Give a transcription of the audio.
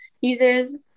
uses